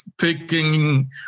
picking